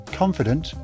confident